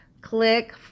click